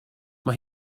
mae